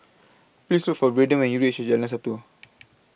Please For Braydon when YOU REACH Jalan Satu